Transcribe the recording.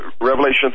Revelation